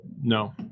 No